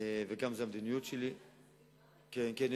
כן,